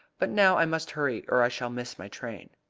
but now i must hurry or i shall miss my train.